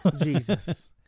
jesus